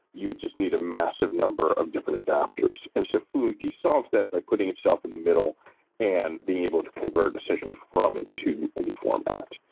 you just need a massive number of different adopters. and so fluent d solves that but putting itself in the middle and being able to convert essentially from and to any format.